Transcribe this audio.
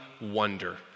wonder